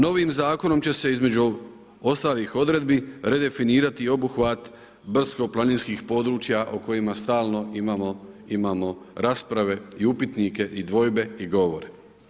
Novim Zakonom će se, između ostalih odredbi, redefinirati i obuhvat brdsko-planinskih područja o kojima stalno imamo rasprave i upitnike i dvojbe i govore.